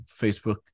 Facebook